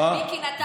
ומיקי נתן לנו עשר,